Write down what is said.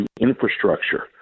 infrastructure